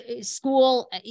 school